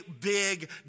big